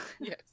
Yes